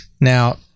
Now